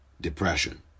Depression